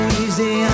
easy